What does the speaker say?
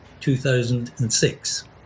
2006